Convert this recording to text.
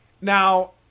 Now